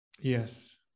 Yes